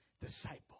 disciple